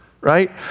right